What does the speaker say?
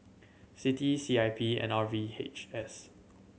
C T C I P and R V H S